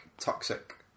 toxic